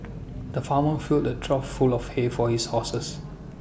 the farmer filled A trough full of hay for his horses